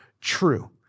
true